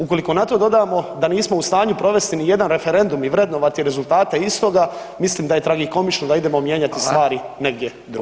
Ukoliko na to dodamo da nismo u stanju provesti nijedan referendum i vrednovati rezultate istoga, mislim da je tragikomično da idemo mijenjati stvari negdje drugdje.